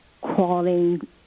crawling